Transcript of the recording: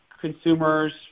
consumers